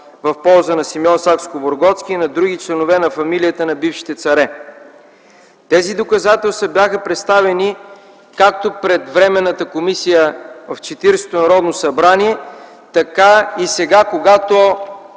в полза на Симеон Сакскобургготски и други членове на фамилията на бившите царе. Тези доказателства бяха представени както пред Временната комисия в Четиридесетото Народно събрание, така и сега, когато